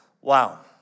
Wow